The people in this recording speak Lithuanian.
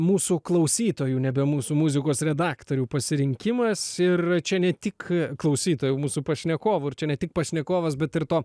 mūsų klausytojų nebe mūsų muzikos redaktorių pasirinkimas ir čia ne tik klausytojų mūsų pašnekovų ir čia ne tik pašnekovas bet ir to